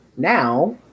Now